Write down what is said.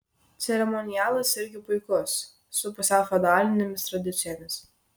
ceremonialas irgi puikus su pusiau feodalinėmis tradicijomis